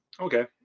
okay